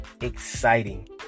exciting